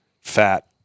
fat